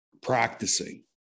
practicing